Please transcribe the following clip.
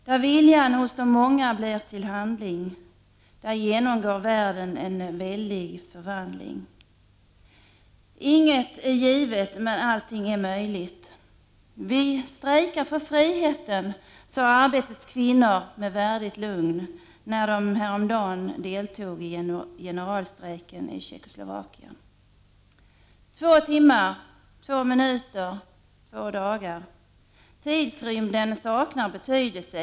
Där viljan hos de många blir till handling, där genomgår världen en väldig förvandling. Inget är givet men allting är möjligt. Vi strejkar för friheten, sade arbetets kvinnor med värdigt lugn, när de häromdagen deltog i generalstrejken i Tjeckoslovakien. Två timmar, två minuter, två dagar. Tidsrymden saknar betydelse.